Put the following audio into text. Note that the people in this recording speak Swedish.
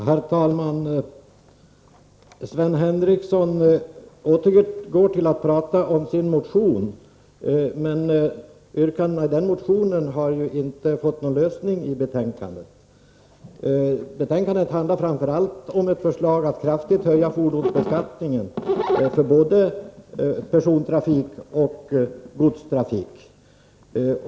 Herr talman! Sven Henricsson återgår till att prata om sin motion, men yrkandena i den motionen har inte fått någon uppföljning i betänkandet. Betänkandet handlar framför allt om ett förslag om att kraftigt höja fordonsbeskattningen för både persontrafik och godstrafik.